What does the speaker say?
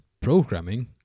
programming